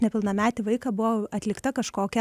nepilnametį vaiką buvo atlikta kažkokia